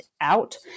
out